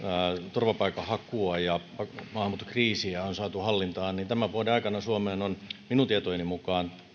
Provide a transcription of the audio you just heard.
turvapaikanhakua ja maahanmuuttokriisiä on saatu hallintaan niin tämän vuoden aikana suomeen on minun tietojeni mukaan